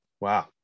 wow